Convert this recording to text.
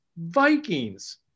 Vikings